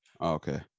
Okay